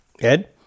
Ed